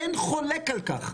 אין חולק על כך,